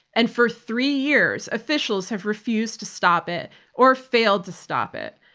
and for three years officials have refused to stop it or failed to stop it.